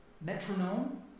metronome